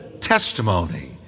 testimony